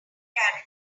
guarantee